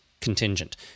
contingent